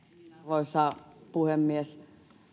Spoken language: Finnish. arvoisa puhemies